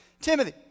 Timothy